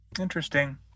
Interesting